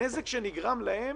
הנזק שנגרם להם